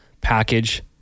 package